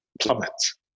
plummets